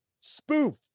spoof